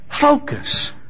Focus